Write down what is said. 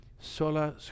Sola